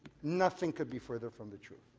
nothing could be further from the truth.